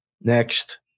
Next